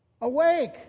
Awake